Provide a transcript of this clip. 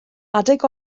adeg